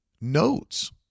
notes